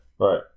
right